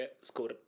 Score